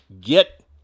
get